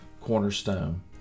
cornerstone